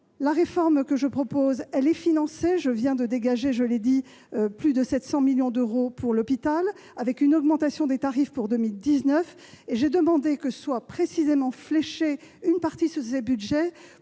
La réforme que je propose est financée. Je viens de dégager plus de 700 millions d'euros pour l'hôpital, avec une augmentation des tarifs pour 2019. J'ai demandé en outre qu'une partie de ce budget